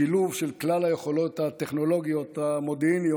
שילוב של כלל היכולות הטכנולוגיות המודיעיניות